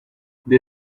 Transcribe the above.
they